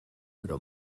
però